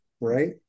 right